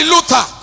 Luther